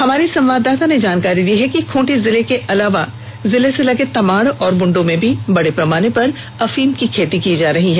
हमारी संवादाता ने जानकारी दी है कि खूंटी जिले के अलावा जिले से सटे तमाड़ और बुंडू में भी बड़े पैमाने पर अफीम की खेती की जा रही है